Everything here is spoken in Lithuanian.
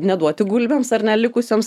neduoti gulbėms ar ne likusioms